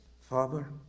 Father